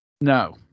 No